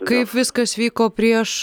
kaip viskas vyko prieš